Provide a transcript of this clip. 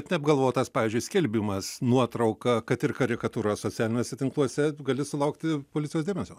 neapgalvotas pavyzdžiui skelbimas nuotrauka kad ir karikatūra socialiniuose tinkluose gali sulaukti policijos dėmesio